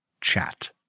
chat